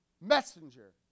messenger